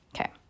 Okay